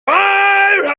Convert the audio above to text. fire